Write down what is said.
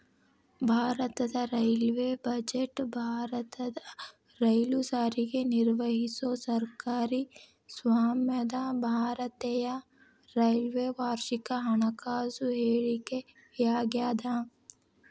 ಭಾರತದ railway budget ಭಾರತದ ರೈಲು ಸಾರಿಗೆ ನಿರ್ವಹಿಸೊ ಸರ್ಕಾರಿ ಸ್ವಾಮ್ಯದ ಭಾರತೇಯ ರೈಲ್ವೆ ವಾರ್ಷಿಕ ಹಣಕಾಸು ಹೇಳಿಕೆಯಾಗ್ಯಾದ